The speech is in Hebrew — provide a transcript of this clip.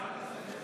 בעד משה ארבל, בעד